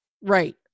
Right